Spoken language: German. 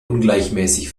ungleichmäßig